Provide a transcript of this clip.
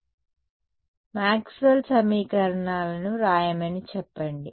కాబట్టి మాక్స్వెల్ సమీకరణాలను వ్రాయమని చెప్పండి